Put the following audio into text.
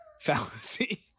fallacy